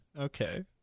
Okay